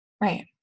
Right